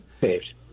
Saved